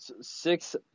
six